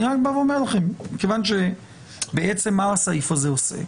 אני רק בא ואומר מכיוון שמה הסעיף הזה עושה?